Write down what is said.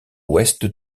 ouest